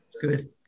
good